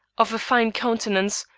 of a fine countenance,